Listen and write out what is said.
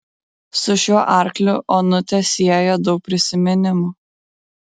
su šiuo arkliu onutę sieja daug prisiminimų